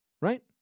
right